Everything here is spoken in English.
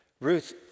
Ruth